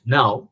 now